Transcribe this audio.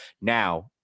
Now